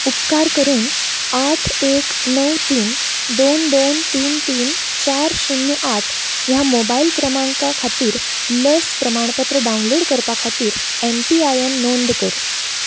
उपकार करून आठ एक णव तीन दोन दोन तीन तीन चार शुन्य आठ ह्या मोबायल क्रमांका खातीर लस प्रमाणपत्र डावनलोड करपा खातीर एम पी आय एन नोंद कर